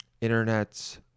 internet